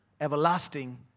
everlasting